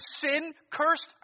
sin-cursed